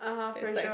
that's like